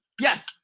Yes